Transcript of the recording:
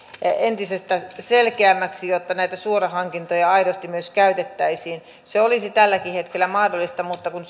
entisestään selkeämmäksi jotta näitä suorahankintoja aidosti myös käytettäisiin se olisi tälläkin hetkellä mahdollista mutta kun